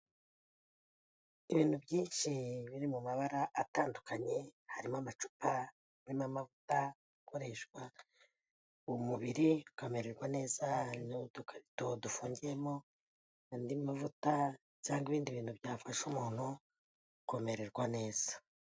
Ibintu byinshi biri mu mabara atandukanye, harimo amacupa, harimo amavuta, akoreshwa ku mubiri ukamererwa neza, hari n'udukarito dufungiyemo andi mavuta cyangwa ibindi bintu byafasha umuntu, kumererwa neza.